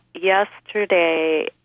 yesterday